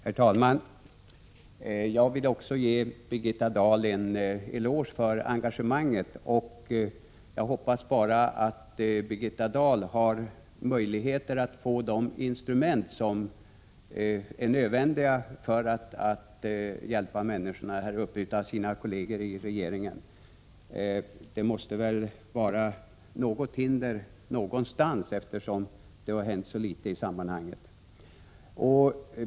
Herr talman! Jag vill också ge Birgitta Dahl en eloge för engagemanget, och jag hoppas bara att Birgitta Dahl har möjlighet att med hjälp av sina kolleger i regeringen få de instrument som är nödvändiga för att hjälpa människorna uppe i dessa trakter. Det måste vara något hinder någonstans, eftersom det har hänt så litet i sammanhanget.